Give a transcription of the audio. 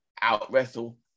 out-wrestle